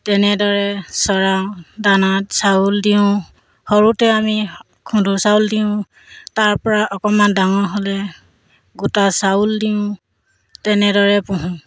তেনেদৰে চৰাওঁ দানাত চাউল দিওঁ সৰুতে আমি খুন্দু চাউল দিওঁ তাৰপৰা অকণমান ডাঙৰ হ'লে গোটা চাউল দিওঁ তেনেদৰে পোহোঁ